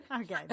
Okay